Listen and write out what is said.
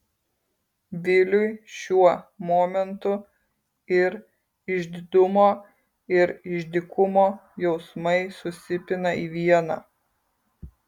viliui šiuo momentu ir išdidumo ir išdykumo jausmai susipina į vieną